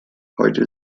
heute